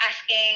asking